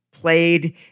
played